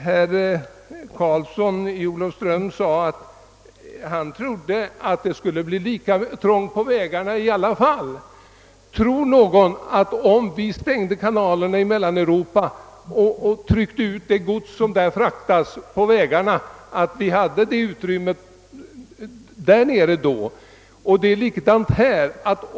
Herr Karlsson i Olofström sade sig tro att det skulle bli lika trångt på vägarna i alla fall; men menar verkligen någon att det skulle finnas lika stort utrymme på Mellaneuropas vägar, om man stängde kanalerna och i stället lät transportera kanalgodset på vägarna? Det är på samma sätt i Sverige.